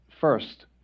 First